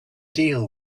deal